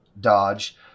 dodge